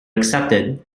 accepted